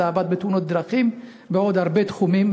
זה עבד בתאונות דרכים ובעוד הרבה תחומים.